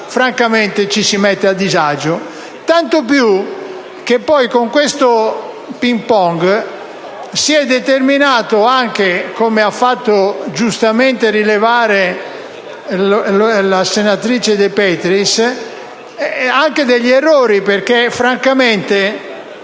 francamente ci si mette a disagio. Tanto più che con questo ping‑pong si sono determinati - come ha fatto giustamente rilevare la senatrice De Petris - anche degli errori, perché francamente